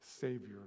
savior